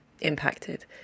impacted